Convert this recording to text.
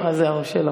אז זהו, שלא.